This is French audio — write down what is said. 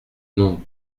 non